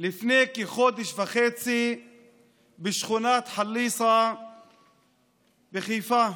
לפני כחודש וחצי בשכונת חליסה בחיפה.